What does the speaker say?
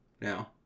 now